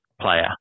player